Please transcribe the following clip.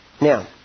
Now